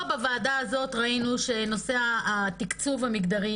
פה בוועדה הזאת ראינו שנושא התקצוב המגדרי,